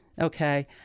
Okay